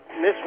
Miss